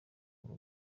rwo